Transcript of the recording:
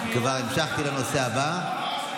כבר המשכתי לנושא הבא.